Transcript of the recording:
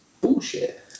bullshit